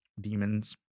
Demons